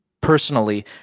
personally